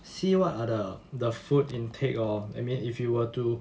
see what are the the food intake lor I mean if you are to